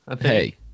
Hey